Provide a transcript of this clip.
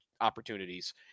opportunities